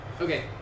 Okay